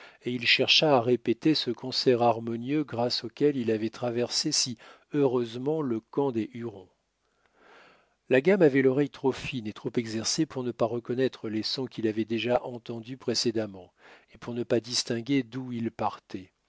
et il chercha à répéter ce concert harmonieux grâce auquel il avait traversé si heureusement le camp des hurons la gamme avait l'oreille trop fine et trop exercée pour ne pas reconnaître les sons qu'il avait déjà entendus précédemment et pour ne pas distinguer d'où ils partaient